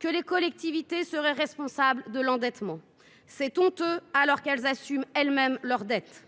que les collectivités seraient responsables de l’endettement. C’est honteux, alors qu’elles assument elles mêmes leur dette.